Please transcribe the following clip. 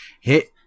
hit